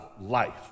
life